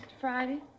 Friday